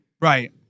Right